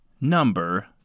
Number